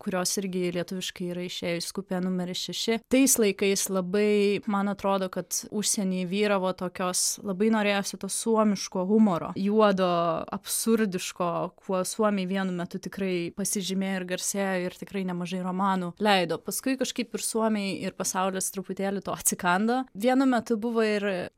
kurios irgi lietuviškai yra išėjus kupė numeris šeši tais laikais labai man atrodo kad užsieny vyravo tokios labai norėjosi to suomiško humoro juodo absurdiško kuo suomiai vienu metu tikrai pasižymėjo ir garsėjo ir tikrai nemažai romanų leido paskui kažkaip ir suomiai ir pasaulis truputėlį to atsikando vienu metu buvo ir